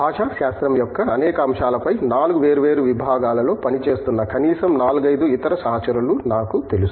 భాషాశాస్త్రం యొక్క అనేక అంశాలపై 4 వేర్వేరు విభాగాలలో పనిచేస్తున్న కనీసం 4 5 ఇతర సహచరులు నాకు తెలుసు